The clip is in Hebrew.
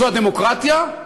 וזו הדמוקרטיה.